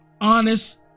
honest